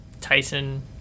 Tyson